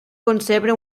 concebre